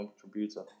contributor